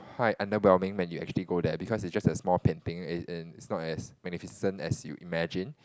quite underwhelming when you actually go there because is just a small painting is is not as magnificent as you imagine